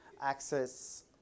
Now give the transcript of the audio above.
access